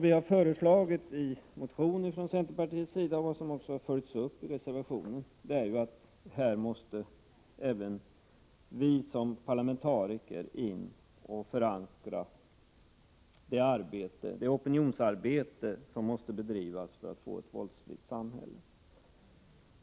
Vi har från centerpartiet i en motion föreslagit och följt upp det i en reservation, att även vi som parlamentariker måste gå in och parlamentariskt förankra det opinionsarbete som måste bedrivas för ett våldsfritt samhälle.